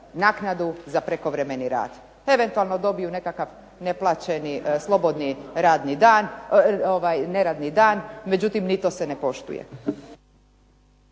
naknadu za prekovremeni rad. Eventualno dobiju nekakav neplaćeni slobodni neradni dan, međutim ni to se ne poštuje.